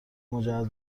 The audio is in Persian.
مجهز